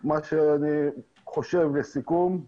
לסיכום,